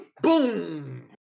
Boom